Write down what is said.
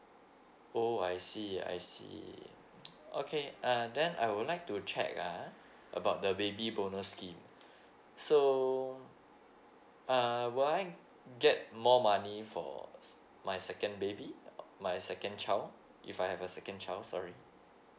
oh I see I see okay um then I would like to check ah about the baby bonus scheme so err will I get more money for my second baby my second child if I have a second child sorry